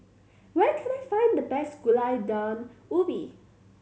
where can I find the best Gulai Daun Ubi